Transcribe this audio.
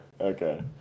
okay